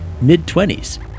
Mid-twenties